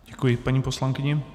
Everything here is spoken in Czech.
Děkuji paní poslankyni.